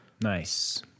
Nice